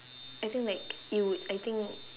I think like you would I think